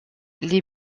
les